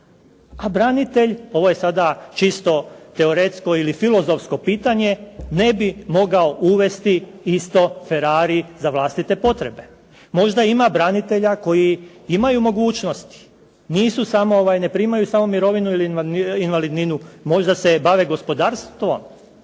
A branitelj, ovo je sada čisto teoretsko ili filozofsko pitanje ne bi mogao uvesti isto Ferrari za vlastite potrebe. Možda ima branitelja koji imaju mogućnosti. Ne primaju samo mirovinu ili invalidninu. Možda se bave gospodarstvom,